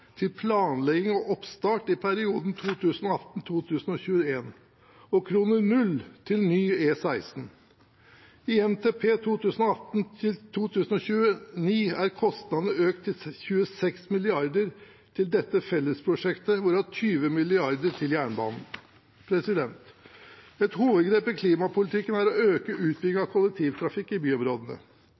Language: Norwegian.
til planlegging og oppstart i perioden 2018–2021 og kroner null til ny E16. I Nasjonal transportplan 2018–2029 er kostnaden økt til 26 mrd. kr til dette fellesprosjektet, hvorav 20 mrd. kr til jernbanen. Et hovedgrep i klimapolitikken er å øke utbyggingen av kollektivtrafikk i byområdene.